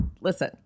listen